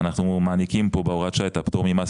אנחנו מעניקים כאן בהוראת שעה את הפטור ממס